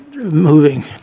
moving